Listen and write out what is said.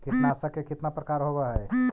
कीटनाशक के कितना प्रकार होव हइ?